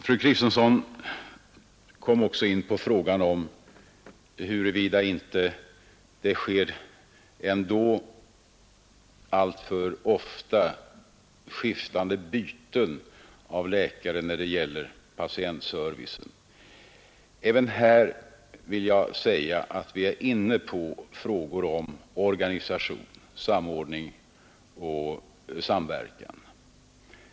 Fru Kristensson kom även in på frågan huruvida det inte med tanke på patientservicen alltför ofta sker byten av läkare. Vi är också här inne på frågor om organisation, samordning och samverkan.